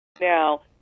Now